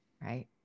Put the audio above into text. right